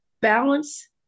balance